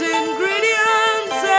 ingredients